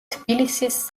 თბილისის